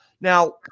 Now